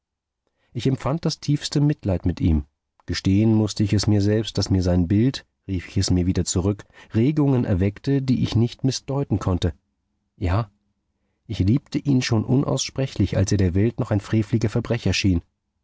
ich empfand das tiefste mitleid mit ihm gestehen mußte ich es mir selbst daß mir sein bild rief ich es mir wieder zurück regungen erweckte die ich nicht mißdeuten konnte ja ich liebte ihn schon unaussprechlich als er der welt noch ein freveliger verbrecher schien